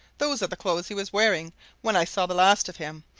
those are the clothes he was wearing when i saw the last of him.